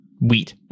wheat